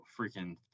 freaking